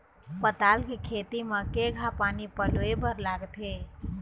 पताल के खेती म केघा पानी पलोए बर लागथे?